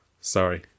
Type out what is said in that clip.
Sorry